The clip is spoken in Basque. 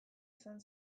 izan